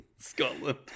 Scotland